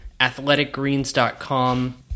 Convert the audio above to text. athleticgreens.com